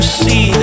see